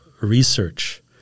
research